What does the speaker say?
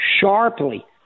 sharply